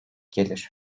gelir